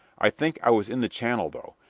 i think i was in the channel, though.